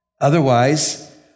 Otherwise